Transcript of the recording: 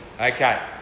Okay